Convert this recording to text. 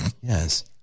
yes